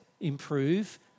improve